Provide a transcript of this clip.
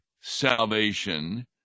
salvation